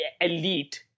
elite